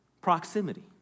Proximity